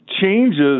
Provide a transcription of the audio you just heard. changes